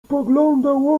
spoglądał